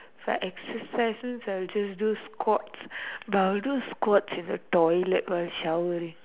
for exercises I will just do squats but I will do squats in the toilet when I am showering